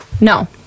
No